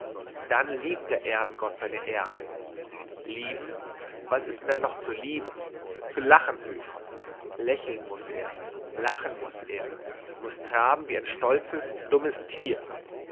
dann liebt der erdengott seine erde lieben was ist denn da noch zu lieben zu lachen höchst lächeln muß er lachen muß er muß traben wie ein stolzes dummes tier